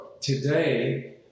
Today